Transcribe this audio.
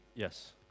Yes